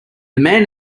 man